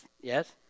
Yes